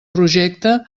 projecte